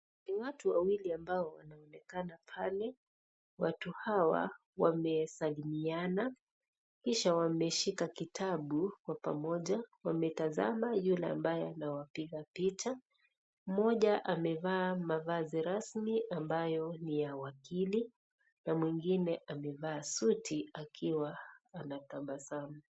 Ni watu wawili ambao wanaonekana pale. Watu hawa wamesalimiana kisha wameshika kitabu kwa pamoja. Wametazama yule ambaye anawapiga picha. Mmoja amevaa mavazi rasmi ambayo ni ya wakili na mwingine amevaa suti akiwa anatabasamu.